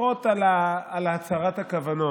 על הצהרת הכוונות.